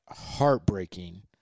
heartbreaking